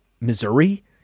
Missouri